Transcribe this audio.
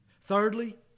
Thirdly